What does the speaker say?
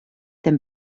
them